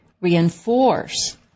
reinforce